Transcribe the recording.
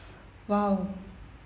!wow!